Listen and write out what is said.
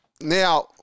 Now